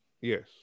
yes